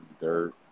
Dirt